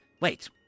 Wait